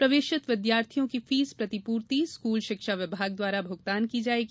प्रवेशित विद्यार्थियों की फीस प्रतिपूर्ति स्कूल शिक्षा विभाग द्वारा भुगतान की जायेगी